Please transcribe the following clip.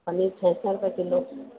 पनीर छह सैं रुपए किलो